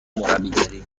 مربیگری